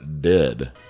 dead